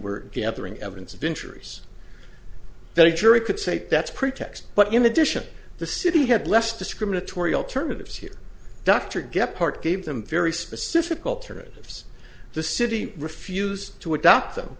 were gathering evidence of injuries that a jury could say that's pretext but in addition the city had less discriminatory alternatives here dr gephardt gave them very specific alternatives the city refused to adopt them